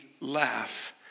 laugh